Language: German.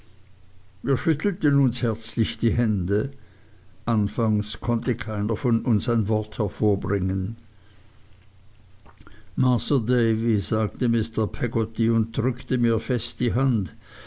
wir schüttelten uns herzlich die hände anfangs konnte kleiner von uns ein wort hervorbringen masr davy sagte mr peggotty und drückte mir fest die hand